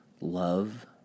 Love